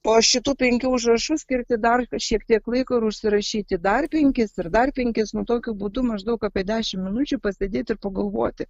po šitų penkių užrašų skirti dar šiek tiek laiko ir užsirašyti dar penkis ir dar penkis nu tokiu būdu maždaug apie dešim minučių pasėdėt ir pagalvoti